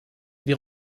wir